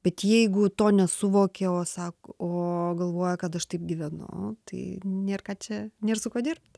bet jeigu to nesuvokia o sak o galvoja kad aš taip gyvenu tai nėr ką čia nėr su kuo dirbt